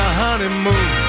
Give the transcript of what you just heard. honeymoon